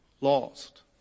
lost